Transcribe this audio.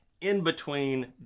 in-between